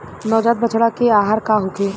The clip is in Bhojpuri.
नवजात बछड़ा के आहार का होखे?